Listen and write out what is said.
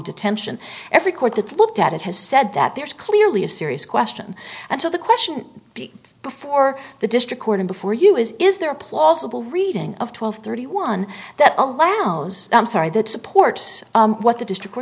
detention every court that looked at it has said that there is clearly a serious question and so the question before the district court and before you is is there a plausible reading of twelve thirty one that allows i'm sorry that supports what the district